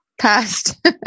passed